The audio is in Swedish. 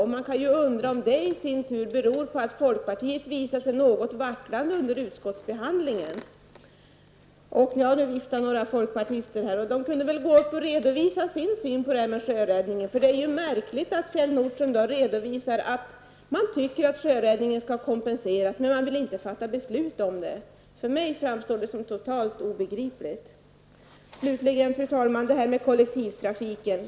Och man kan undra om det beror på att folkpartiet visade sig något vacklande under utskottsbehandlingen. Nu ser jag emellertid att några folkpartister viftar här. Folkpartisterna kunde väl gå upp i talarstolen och redovisa sin syn på sjöräddningen. Det är nämligen märkligt att Kjell Nordström redovisar att man tycker att sjöräddningen skall kompenseras men att man inte vill fatta beslut om det. För mig framstår det som totalt obegripligt. Fru talman! Slutligen vill jag ta upp kollektivtrafiken.